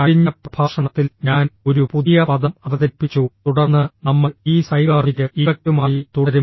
കഴിഞ്ഞ പ്രഭാഷണത്തിൽ ഞാൻ ഒരു പുതിയ പദം അവതരിപ്പിച്ചു തുടർന്ന് നമ്മൾ ഈ സൈഗാർനിക് ഇഫക്റ്റുമായി തുടരും